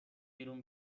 بیرون